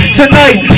tonight